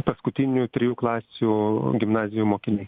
paskutinių trijų klasių gimnazijų mokiniai